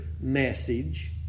message